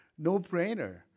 No-brainer